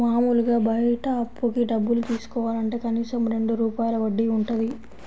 మాములుగా బయట అప్పుకి డబ్బులు తీసుకోవాలంటే కనీసం రెండు రూపాయల వడ్డీ వుంటది